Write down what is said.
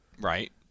Right